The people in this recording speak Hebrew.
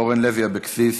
אורלי לוי אבקסיס,